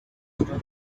after